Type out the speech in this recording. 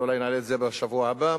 אולי נעלה את זה בשבוע הבא,